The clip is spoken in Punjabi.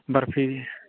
ਬਰਫੀ ਵੀ